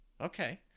okay